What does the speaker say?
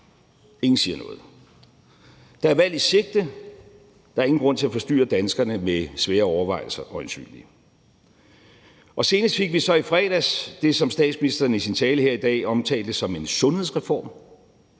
Ingen siger noget. Der er valg i sigte, og der er øjensynligt ingen grund til at forstyrre danskerne med svære overvejelser. Senest fik vi så i fredags det, som statsministeren i sin tale her i dag omtalte som en sundhedsreform